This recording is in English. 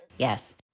Yes